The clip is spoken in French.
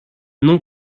non